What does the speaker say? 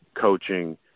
coaching